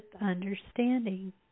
understanding